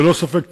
ללא ספק,